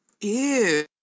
Ew